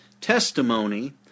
testimony